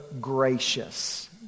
gracious